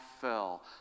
fell